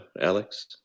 Alex